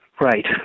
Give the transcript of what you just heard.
Right